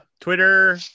Twitter